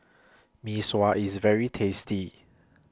Mee Sua IS very tasty